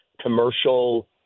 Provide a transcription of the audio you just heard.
commercial